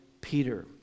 Peter